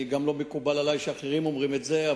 וגם לא מקובל עלי שאחרים אומרים את זה,